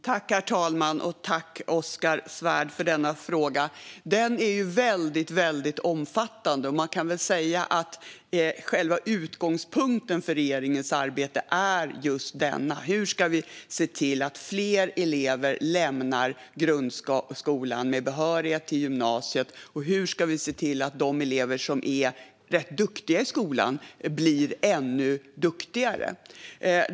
Herr talman! Tack, Oskar Svärd, för denna fråga! Den är väldigt omfattande. Man kan väl säga att själva utgångspunkten för regeringens arbete är just hur vi ska se till att fler elever lämnar grundskolan med behörighet till gymnasiet och hur vi ska se till att de elever som är rätt duktiga i skolan blir ännu duktigare.